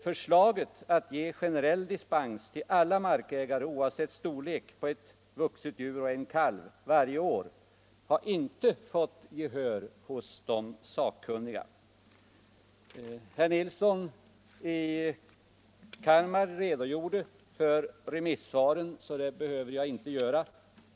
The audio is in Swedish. Förslaget att oavsett områdets storlek ge generell dispens till alla markägare för ett vuxet djur och en kalv varje år har inte fått gehör hos de sakkunniga. Herr Nilsson i Kalmar redogjorde för remissvaren, så det behöver jag inte göra.